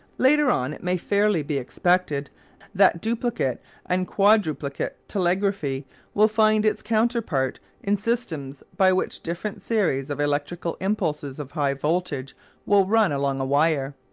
later on it may fairly be expected that duplicate and quadruplicate telegraphy will find its counterpart in systems by which different series of electrical impulses of high voltage will run along a wire,